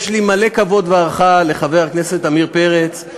אני מלא כבוד והערכה לחבר הכנסת עמיר פרץ,